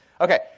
Okay